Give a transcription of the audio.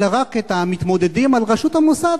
אלא רק את המתמודדים על ראשות המוסד,